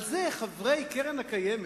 על זה חברי קרן קיימת,